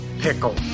Pickle